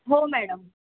हो मॅडम